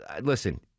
listen